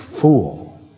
fool